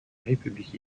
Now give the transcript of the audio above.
république